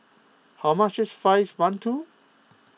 how much is Fried Mantou